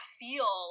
feel